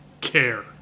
care